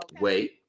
wait